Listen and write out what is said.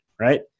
right